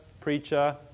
preacher